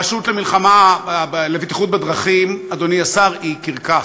אדוני השר, הרשות לבטיחות בדרכים היא קרקס,